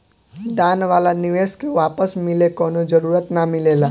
दान वाला निवेश के वापस मिले कवनो जरूरत ना मिलेला